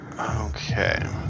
Okay